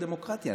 בדמוקרטיה,